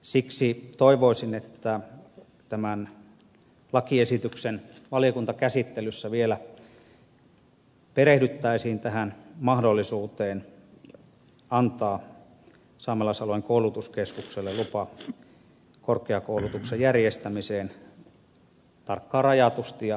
siksi toivoisin että tämän lakiesityksen valiokuntakäsittelyssä vielä perehdyttäisiin tähän mahdollisuuteen antaa saamelaisalueen koulutuskeskukselle lupa korkeakoulutuksen järjestämiseen tarkkaan rajatusti ja määritellysti